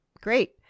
Great